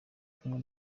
kumwe